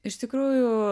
iš tikrųjų